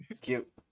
Cute